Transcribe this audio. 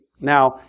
Now